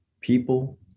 people